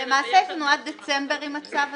למעשה יש לנו עד דצמבר עם הצו הזה?